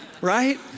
right